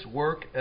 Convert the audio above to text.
work